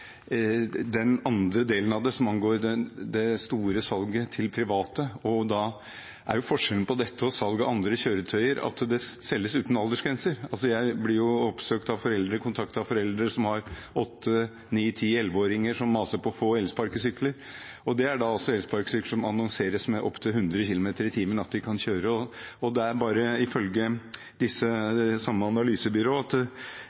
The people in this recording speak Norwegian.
den andre delen, som angår det store salget til private. Forskjellen mellom dette og salget av andre kjøretøy er at det selges uten aldersgrense. Jeg blir kontaktet av foreldre som har 8-, 9-, 10-, 11-åringer som maser om å få elsparkesykler, og det er elsparkesykler som annonseres med at de kan kjøre opptil 100 kilometer i timen. Ifølge det samme analysebyrået, Boldt, er det bare